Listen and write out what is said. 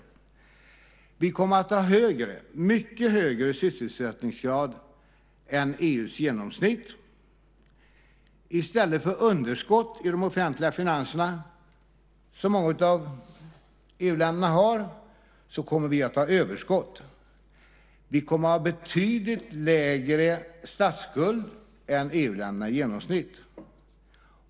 Vi kommer att ha högre, mycket högre sysselsättningsgrad än EU:s genomsnitt. I stället för underskott i de offentliga finanserna, som många av EU-länderna har, kommer vi att ha överskott. Vi kommer att ha betydligt lägre statsskuld än EU-länderna i genomsnitt.